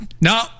No